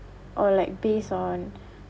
or like based on